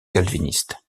calviniste